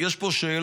יש פה שאלה,